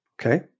Okay